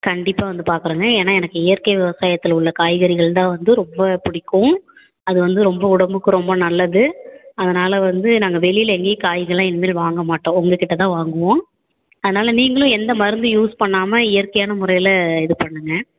கண்டிப்பாக வந்து பார்க்குறேங்க ஏன்னால் எனக்கு இயற்கை விவசாயத்தில் உள்ள காய்கறிகள் தான் வந்து ரொம்ப பிடிக்கும் அது வந்து ரொம்ப உடம்புக்கு ரொம்ப நல்லது அதனால் வந்து நாங்கள் வெளியில் எங்கேயும் காய்ங்களெலாம் இனிமேல் வாங்கமாட்டோம் உங்கள்க் கிட்டே தான் வாங்குவோம் அதனால் நீங்களும் எந்த மருந்தும் யூஸ் பண்ணாமல் இயற்கையான முறையில் இது பண்ணுங்க